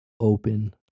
open